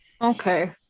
Okay